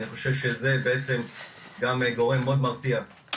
אני חושב שזה בעצם גם גורם מאוד מרתיע.